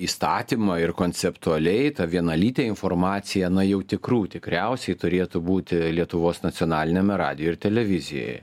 įstatymą ir konceptualiai ta vienalytė informacija na jau tikrų tikriausiai turėtų būti lietuvos nacionaliniame radijuje ir televizijoje